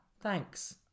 thanks